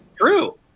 true